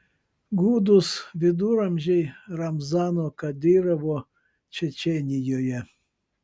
gūdūs viduramžiai ramzano kadyrovo čečėnijoje